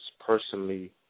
personally